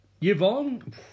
Yvonne